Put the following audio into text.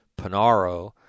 Panaro